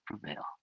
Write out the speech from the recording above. prevail